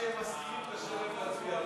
שגם כשהם מסכימים קשה להם להצביע בעד.